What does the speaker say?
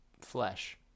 flesh